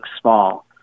small